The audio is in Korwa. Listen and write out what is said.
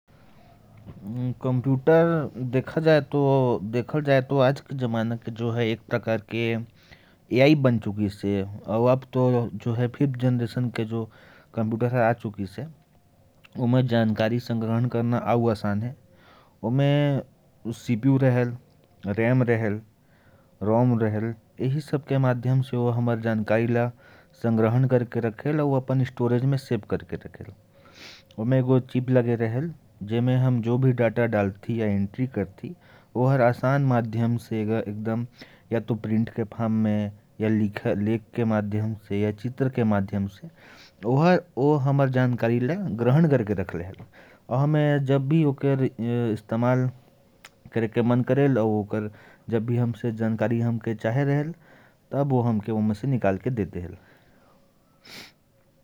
कंप्यूटर को देखा जाए तो आज के जमाने में ए.आई. बन चुकी है। आज के जमाने में तो फिफ्थ जनरेशन के कंप्यूटर भी आ चुके हैं। कंप्यूटर में सी.पी.यू. होता है, र ए म होती है, और र ओ म होती है, जिसमें जानकारी संग्रह करना और भी आसान हो गया है। हम कोई भी जानकारी को आसानी से संग्रह कर सकते हैं।